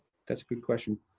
that's a good question.